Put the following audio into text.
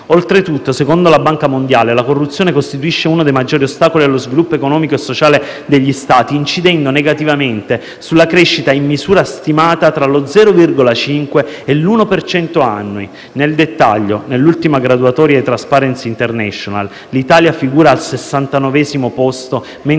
Oltretutto, secondo la Banca mondiale, la corruzione costituisce uno dei maggiori ostacoli allo sviluppo economico e sociale degli Stati, incidendo negativamente sulla crescita, in misura stimata tra lo 0,5 e l'1 per cento annui. Nel dettaglio, nell'ultima graduatoria di Transparency International l'Italia figura al 69° posto,